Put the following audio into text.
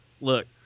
look